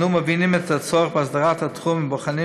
אנו מבינים את הצורך בהסדרת התחום ובוחנים